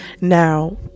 now